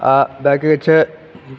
आ बैट्रिक छै